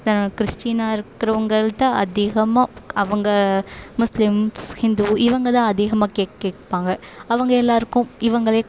தான் கிறிஸ்டீனா இருக்கிறவுங்கள்ட்ட அதிகமாக அவங்க முஸ்லீம்ஸ் ஹிந்து இவங்க தான் அதிகமாக கேக் கேட்பாங்க அவங்க எல்லோருக்கும் இவங்களே